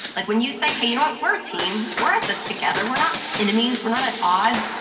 like when you say, hey, you know what? we're a team. we're at this together. we're not enemies. we're not at odds.